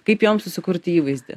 kaip joms susikurti įvaizdį